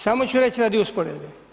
Samo ću reći radi usporedbe.